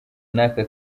n’aka